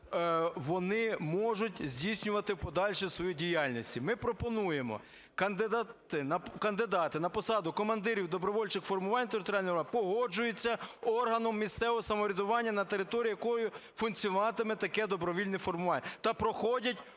вони можуть здійснювати в подальшому свою діяльність? Ми пропонуємо: кандидати на посаду командирів добровольчих формувань територіальної громади погоджуються органом місцевого самоврядування, на території якої функціонуватиме таке добровільне формування,